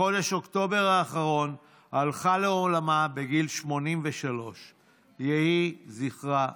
בחודש אוקטובר האחרון הלכה לעולמה בגיל 83. יהי זכרה ברוך.